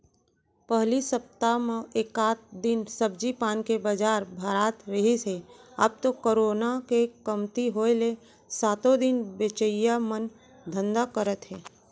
पहिली सप्ता म एकात दिन सब्जी पान के बजार भरात रिहिस हे अब तो करोना के कमती होय ले सातो दिन बेचइया मन धंधा करत हे